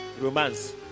romance